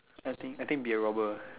I think I think be a robber ah